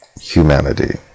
humanity